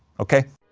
ok?